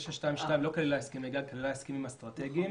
922 לא כולל הסכמי גג אלא הסכמים אסטרטגיים